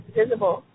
visible